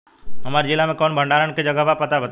हमरा जिला मे कवन कवन भंडारन के जगहबा पता बताईं?